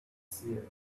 seer